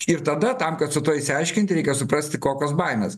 ir tada tam kad su tuo išsiaiškinti reikia suprasti kokios baimės